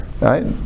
Right